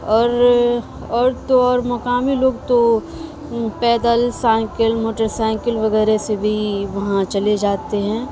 اور اور تو اور مقامی لوگ تو پیدل سائیکل موٹر سائیکل وغیرہ سے بھی وہاں چلے جاتے ہیں